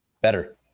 better